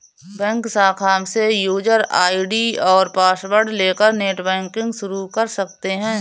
bank शाखा से user ID और पॉसवर्ड लेकर नेटबैंकिंग शुरू कर सकते है